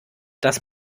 das